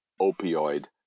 opioid